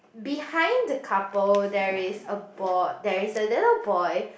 behind the couple there is a board there is a little boy